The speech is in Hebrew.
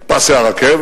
או לפחות את פסי הרכבת.